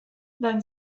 then